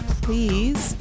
please